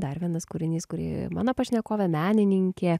dar vienas kūrinys kurį mano pašnekovė menininkė